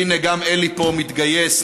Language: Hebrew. הינה, גם אלי פה מתגייס.